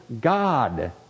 God